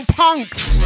punks